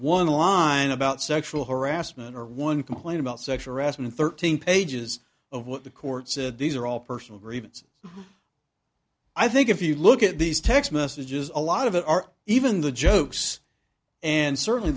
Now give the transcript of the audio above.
one line about sexual harassment or one complaint about sexual harassment thirteen pages of what the court said these are all personal grievance i think if you look at these text messages a lot of it are even the jokes and certainly